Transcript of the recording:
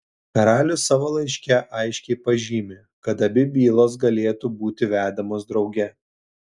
karalius savo laiške aiškiai pažymi kad abi bylos galėtų būti vedamos drauge